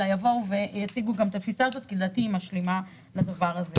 אלא יבואו ויציגו גם את התפיסה הזאת כי לדעתי היא משלימה לדבר הזה.